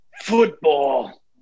Football